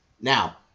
Now